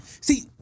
See